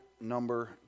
number